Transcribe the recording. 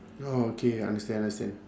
oh okay understand understand